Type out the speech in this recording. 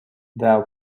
thou